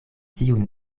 tiun